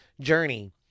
journey